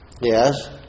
Yes